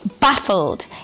Baffled